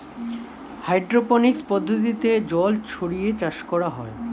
hydroponics পদ্ধতিতে জল ছড়িয়ে চাষ করা হয়